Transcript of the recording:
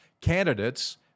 candidates